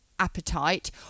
appetite